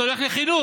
זה הולך לחינוך,